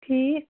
ٹھیٖک